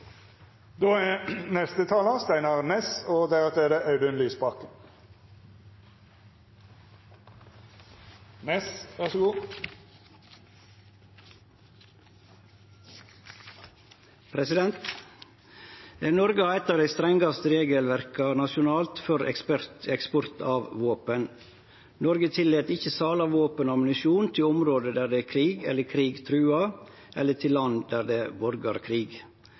av dei strengaste regelverka nasjonalt for eksport av våpen. Noreg tillèt ikkje sal av våpen og ammunisjon til område der det er krig eller krig truar, eller til land der det er